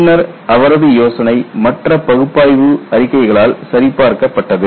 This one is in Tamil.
பின்னர் அவரது யோசனை மற்ற பகுப்பாய்வு அறிக்கைகளால் சரிபார்க்கப்பட்டது